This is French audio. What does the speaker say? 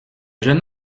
jeune